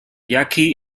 yaqui